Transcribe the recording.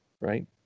right